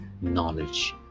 knowledge